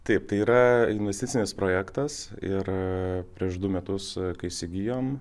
taip tai yra investicinis projektas ir prieš du metus kai įsigijome